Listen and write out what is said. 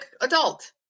adult